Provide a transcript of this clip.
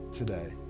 today